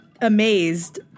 amazed